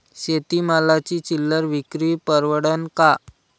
शेती मालाची चिल्लर विक्री परवडन का?